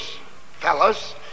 fellows